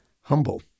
humble